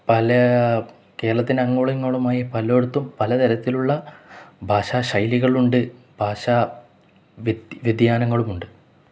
പല കേരളത്തിന്റെ അങ്ങോളമിങ്ങോളമായി പലയിടത്തും പലതരത്തിലുള്ള ഭാഷാ ശൈലികളുണ്ട് ഭാഷാ വ്യതിയാനങ്ങളുമുണ്ട്